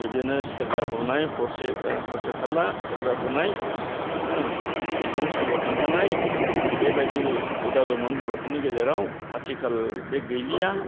बिब्दिनो सेरजा हुनाय हरसे हरसे थारला सेरजा हुनाय बेजों सल' खिन्थानाय बेबादि हुदा दंमोन बर'फोरनि गेजेराव आथिखाल बे गैलिया